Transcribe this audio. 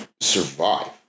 survive